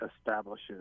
establishes